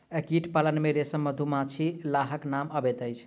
कीट पालन मे रेशम, मधुमाछी, लाहक नाम अबैत अछि